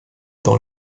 dans